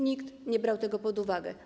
Nikt nie brał tego pod uwagę.